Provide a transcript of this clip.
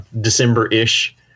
December-ish